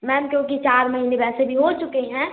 ma'am क्योंकि चार महीने वैसे भी हो चुके हैं